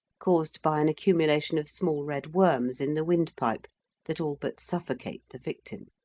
caused by an accumulation of small red worms in the windpipe that all but suffocate the victim.